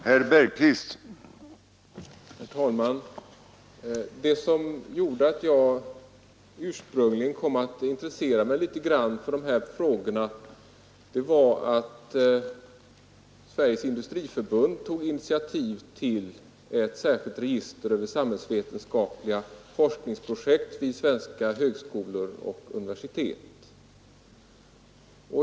Herr talman! Det som ursprungligen gjorde att jag kom att intressera mig för dessa frågor var att Sveriges industriförbund tog initiativ till ett särskilt register över samhällsvetenskapliga forskningsprojekt vid svenska högskolor och universitet.